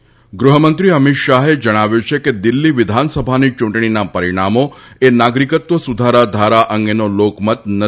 ત ગૃહમંત્રી અમિત શાહે જણાવ્યું છે કે દિલ્હી વિધાનસભાની યૂંટણીના પરિણામો એ નાગરિકત્વ સુધારા ધારા અંગેનો લોકમત નથી